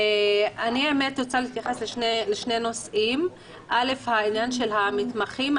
אני רוצה להתייחס לשני נושאים כאשר הנושא הראשון הוא הנושא של המתמחים.